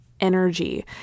energy